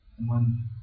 one